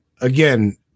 again